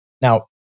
Now